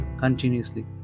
continuously